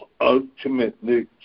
ultimately